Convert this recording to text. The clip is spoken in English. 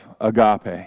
agape